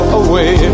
away